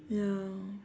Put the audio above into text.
ya